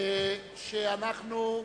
שאנחנו,